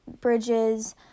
bridges